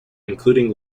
including